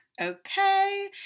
Okay